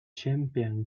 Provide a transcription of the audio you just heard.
champion